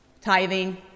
tithing